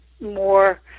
more